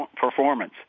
performance